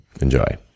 Enjoy